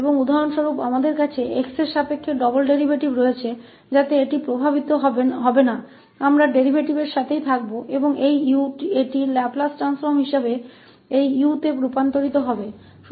और उदाहरण के लिए हमारे पास x के संबंध में दोहरा डेरीवेटिव है इसलिए यह प्रभावित नहीं होने वाला है हम डेरीवेटिव के साथ रहेंगे और यह u इस U में इसके लाप्लास ट्रांसफॉर्म के रूप में परिवर्तित हो जाएगा